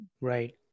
Right